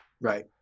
Right